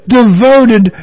devoted